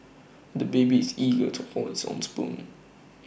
the baby is eager to hold his own spoon